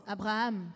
Abraham